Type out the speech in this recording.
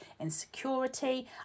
insecurity